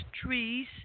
trees